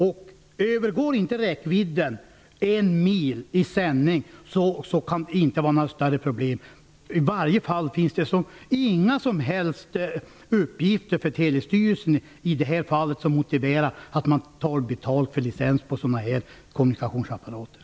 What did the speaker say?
Om räckvidden inte övergår en mil i sändning kan det inte handla om några större problem. I varje fall finns det inga som helst uppgifter för Post och telestyrelsen som motiverar att man tar betalt för licens för dessa kommunikationsapparater.